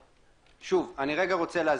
שוב, אני רוצה להסביר.